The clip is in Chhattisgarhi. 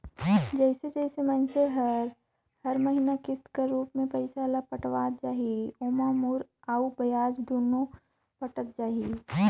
जइसे जइसे मइनसे हर हर महिना किस्त कर रूप में पइसा ल पटावत जाही ओाम मूर अउ बियाज दुनो पटत जाही